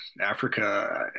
Africa